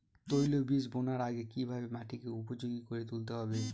তৈলবীজ বোনার আগে কিভাবে মাটিকে উপযোগী করে তুলতে হবে?